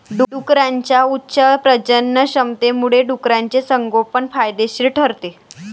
डुकरांच्या उच्च प्रजननक्षमतेमुळे डुकराचे संगोपन फायदेशीर ठरते